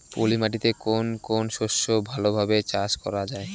পলি মাটিতে কোন কোন শস্য ভালোভাবে চাষ করা য়ায়?